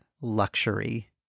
luxury